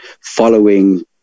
following